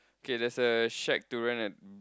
okay there's a shake durian and